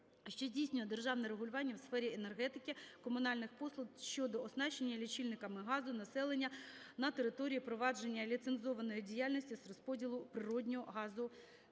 що здійснює державне регулювання у сфері енергетики, комунальних послуг щодо оснащення лічильниками газу населення на території провадження ліцензованої діяльності з розподілу природного газу